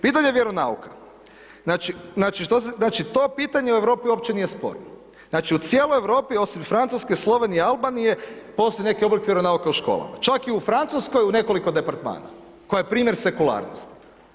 Pitanje vjeronauka, znači, znači to pitanje u Europi uopće nije sporno, znači u cijeloj Europi osim Francuske, Slovenije, Albanije, postoji neki oblik vjeronauka u školama, čak i u Francuskoj u nekoliko departmana koja je primjer sekularnosti.